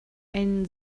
ein